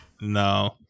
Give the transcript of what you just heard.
no